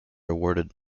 awarded